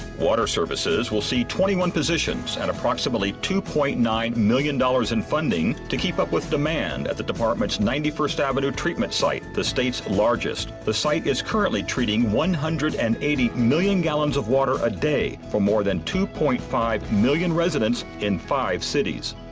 water services will see twenty one positions and approximately two point nine million dollars in funding to keep up with demand at the department's ninety first avenue treatment site, the state's largest. the site is currently treating one hundred and eighty million gallons of water a day for more than two point five million residents in five cities.